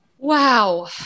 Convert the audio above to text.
Wow